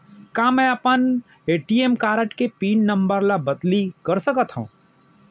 का मैं अपन ए.टी.एम कारड के पिन नम्बर ल बदली कर सकथव?